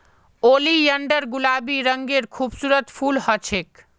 oleander गुलाबी रंगेर खूबसूरत फूल ह छेक